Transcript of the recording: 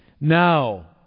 Now